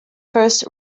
first